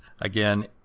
again